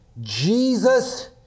Jesus